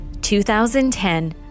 2010